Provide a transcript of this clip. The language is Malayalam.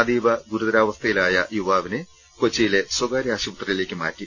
അതീവഗുരുതരാവസ്ഥയിലായ യുവാവിനെ കൊച്ചിയിലെ സ്ഥകാര്യ ആശുപത്രിയിലേക്ക് മാറ്റി